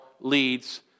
leads